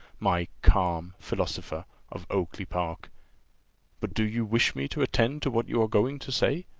my calm philosopher of oakly-park but do you wish me to attend to what you are going to say?